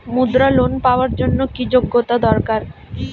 মুদ্রা লোন পাওয়ার জন্য কি যোগ্যতা দরকার?